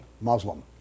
Muslim